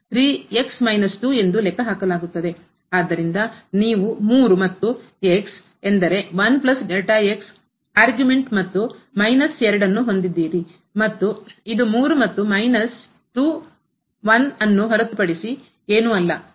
ಆದ್ದರಿಂದ ನೀವು 3 ಮತ್ತು ಆರ್ಗ್ಯುಮೆಂಟ್ ಮತ್ತು ಮೈನಸ್ 2 ಅನ್ನು ಹೊಂದಿದ್ದೀರಿ ಮತ್ತು ಇದು 3 ಮತ್ತು ಮೈನಸ್ 2 1 ಅನ್ನು ಹೊರತುಪಡಿಸಿ ಏನೂ ಅಲ್ಲ